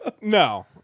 no